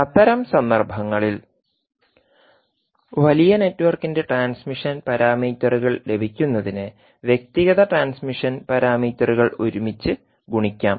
അത്തരം സന്ദർഭങ്ങളിൽ വലിയ നെറ്റ്വർക്കിന്റെ ട്രാൻസ്മിഷൻ പാരാമീറ്ററുകൾ ലഭിക്കുന്നതിന് വ്യക്തിഗത ട്രാൻസ്മിഷൻ പാരാമീറ്ററുകൾ ഒരുമിച്ച് ഗുണിക്കാം